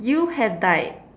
you have died